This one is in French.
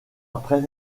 après